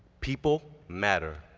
people matter.